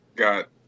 got